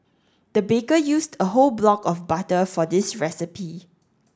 the baker used a whole block of butter for this recipe